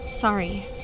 sorry